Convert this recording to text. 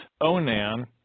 Onan